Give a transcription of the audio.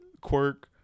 quirk